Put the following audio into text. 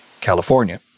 California